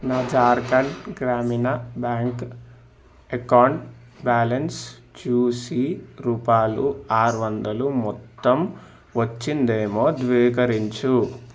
నా Jharkhand Gramin bank account balance చూసి రూపాయలు ఆరు వందలు మొత్తం వచ్చిందేమో ధృవీకరించు